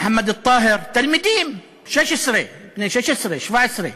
מוחמד טאהר, תלמידים בני 16, 17,